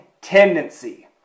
tendency